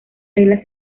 reglas